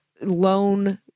loan